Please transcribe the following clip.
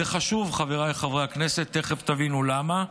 זה חשוב, חבריי חברי הכנסת, תכף תבינו למה,